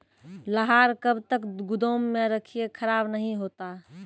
लहार कब तक गुदाम मे रखिए खराब नहीं होता?